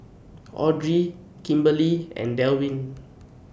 Audry Kimberli and Delwin